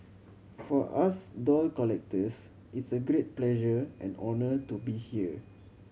for us doll collectors it's a great pleasure and honour to be here